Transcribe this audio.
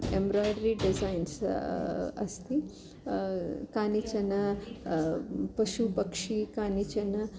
embroidery designs अस्ति कानिचन पशुपक्षी कानिचन